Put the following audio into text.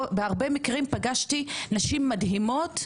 בהרבה מקרים פגשתי נשים מדהימות,